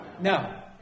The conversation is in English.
No